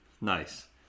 nice